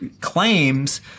claims